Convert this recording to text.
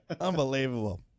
Unbelievable